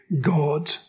God